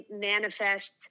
manifests